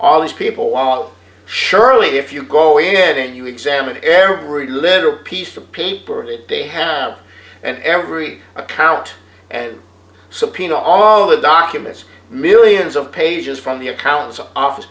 all these people all surely if you go ahead and you examine every little piece of paper it they have and every account and subpoena all the documents millions of pages from the accounts office